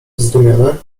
zdumiony